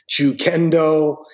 jukendo